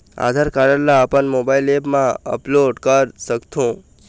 आधार card ला अपन mobile app मा अपलोड कर सकथों?